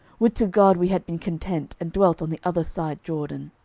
would to god we had been content, and dwelt on the other side jordan!